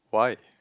why